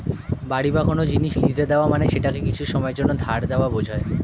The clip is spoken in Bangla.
বাড়ি বা কোন জিনিস লীজে দেওয়া মানে সেটাকে কিছু সময়ের জন্যে ধার দেওয়া বোঝায়